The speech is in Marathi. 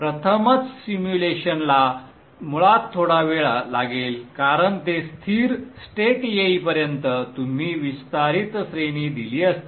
प्रथमच सिम्युलेशनला मुळात थोडा वेळ लागेल कारण ते स्थिर स्टेट येईपर्यंत तुम्ही विस्तारित श्रेणी दिली असती